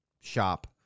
shop